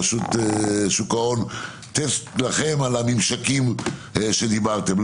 רשות שוק ההון, על הממשקים שדיברתם עליהם.